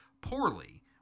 poorly